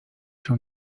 się